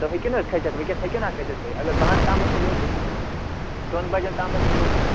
تُہۍ ہٮ۪کِو نا حظ کھٔسِتھ ؤنکٮ۪س ہیٚکِو نا کھٔسِتھ تُہۍ اگر باہَن تامَتھ تہِ وٲتِو دۄن بَجَن تامَتھ تہِ وٲتِو